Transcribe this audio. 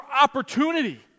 opportunity